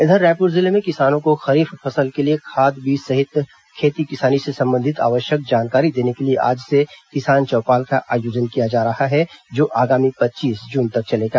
इधर रायपुर जिले में किसानों को खरीफ फसल के लिए खाद बीज सहित खेती किसानी से संबंधित आवश्यक जानकारी देने के लिए आज से किसान चौपाल का आयोजन किया जा रहा है जो आगामी पच्चीस जून तक चलेगा